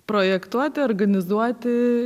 projektuoti organizuoti